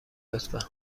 لطفا